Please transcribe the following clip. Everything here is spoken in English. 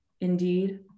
Indeed